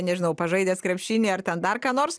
nežinau pažaidęs krepšinį ar ten dar ką nors